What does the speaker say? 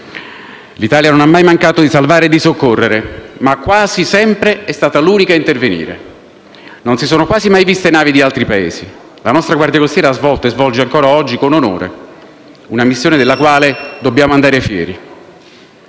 L'Italia non ha mai mancato di salvare e di soccorrere, ma quasi sempre è stata l'unica a intervenire. Non si sono quasi mai viste navi di altri Paesi. La nostra Guardia costiera ha svolto e svolge ancora oggi con onore una missione della quale dobbiamo andare fieri.